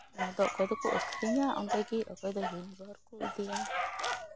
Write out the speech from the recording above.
ᱟᱫᱚ ᱚᱠᱚᱭ ᱫᱚᱠᱚ ᱟ ᱠᱷᱨᱤᱧᱟ ᱚᱸᱰᱮ ᱜᱮ ᱚᱠᱚᱭ ᱫᱚ ᱦᱤᱢ ᱜᱷᱚᱨ ᱠᱚ ᱤᱫᱤᱭᱟ